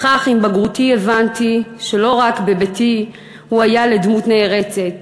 וכך עם בגרותי הבנתי שלא רק בביתי הוא היה לדמות נערצת,